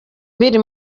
biri